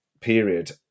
period